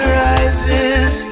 rises